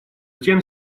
тем